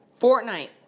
Fortnite